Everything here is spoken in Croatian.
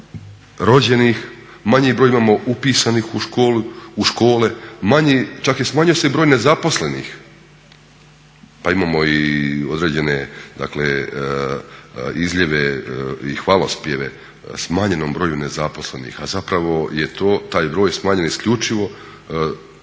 rođenih, manji broj imamo upisanih u škole, čak je smanjio se broj nezaposlenih pa imamo i određene dakle izljeve i hvalospjeve smanjenom broju nezaposlenih, a zapravo je taj broj smanjen isključivo